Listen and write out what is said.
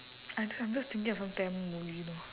I j~ I'm just thinking of some tamil movie you know